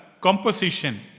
composition